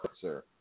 sir